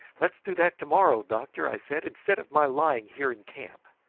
let's do that to-morrow, doctor, i said, instead of my lying here in camp.